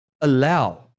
allow